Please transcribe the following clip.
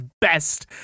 best